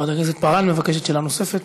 חברת הכנסת פארן מבקשת שאלה נוספת?